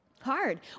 Hard